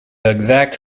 exact